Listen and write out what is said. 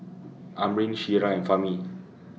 Amrin Syirah and Fahmi